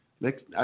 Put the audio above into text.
Next